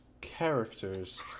characters